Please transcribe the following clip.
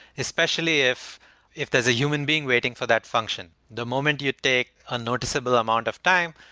especially if if there's a human being waiting for that function. the moment you take a noticeable amount of time,